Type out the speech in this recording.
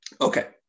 Okay